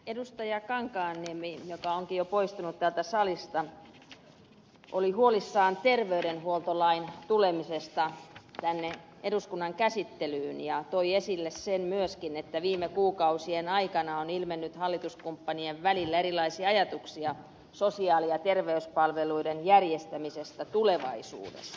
kankaanniemi joka onkin jo poistunut täältä salista oli huolissaan terveydenhuoltolain tulemisesta tänne eduskunnan käsittelyyn ja toi esille sen myöskin että viime kuukausien aikana on ilmennyt hallituskumppanien välillä erilaisia ajatuksia sosiaali ja terveyspalveluiden järjestämisestä tulevaisuudessa